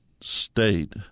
state